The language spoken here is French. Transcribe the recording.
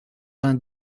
vingt